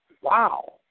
Wow